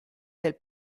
del